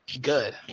Good